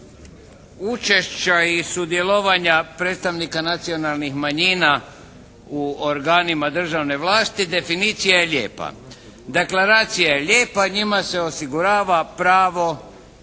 učešća i sudjelovanja predstavnika nacionalnih manjina u organima državne vlasti, definicija je lijepa. Deklaracija je lijepa, njime se osigurava pravo